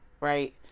right